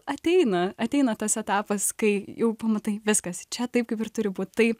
ateina ateina tas etapas kai jau pamatai viskas čia taip kaip ir turi būt tai